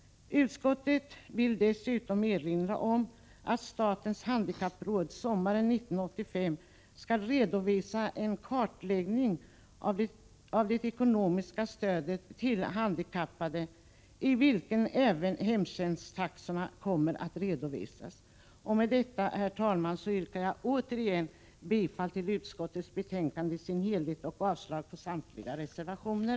Utskottet vill dessutom erinra om att statens handikappråd sommaren 1985 skall redovisa en kartläggning av det ekonomiska stödet till handikappade i vilken även hemtjänsttaxorna kommer att redovisas. Med detta, herr talman, yrkar jag återigen bifall till utskottets hemställan i sin helhet och avslag på samtliga reservationer.